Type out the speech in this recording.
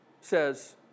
says